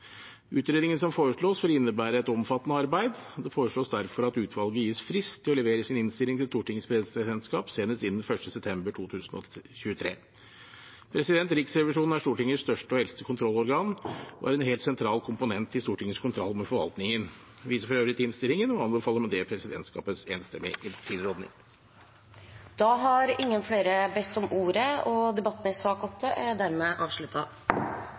Utredningen som foreslås, vil innebære et omfattende arbeid. Det foreslås derfor at utvalget gis frist til å levere sin innstilling til Stortingets presidentskap senest innen 1. september 2023. Riksrevisjonen er Stortingets største og eldste kontrollorgan og er en helt sentral komponent i Stortingets kontroll med forvaltningen. Jeg viser for øvrig til innstillingen og anbefaler med det presidentskapets enstemmige tilråding. Flere har ikke bedt om ordet til sak nr. 8. Etter ønske fra kommunal- og forvaltningskomiteen vil presidenten ordne debatten